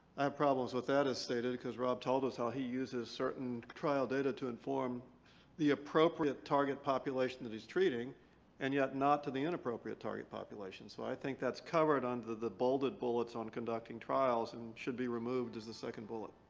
i have problems with that as stated, because rob told us how he uses certain trial data to inform the appropriate target population that he's treating and yet not to the inappropriate target population. so i think that's covered under the the bolded bullets on conducting trials and should be removed as the second bullet.